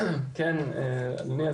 כן אדוני.